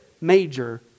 major